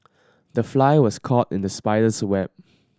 the fly was caught in the spider's web